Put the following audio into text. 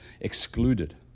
excluded